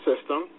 system